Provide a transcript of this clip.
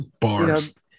bars